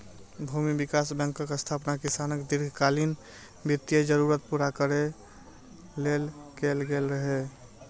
भूमि विकास बैंकक स्थापना किसानक दीर्घकालीन वित्तीय जरूरत पूरा करै लेल कैल गेल रहै